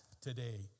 today